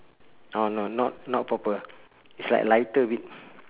orh no not not purple it's like lighter a bit